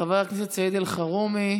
חבר הכנסת סעיד אלחרומי.